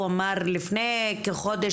הוא אמר לפני כחודש,